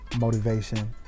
motivation